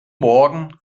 morgen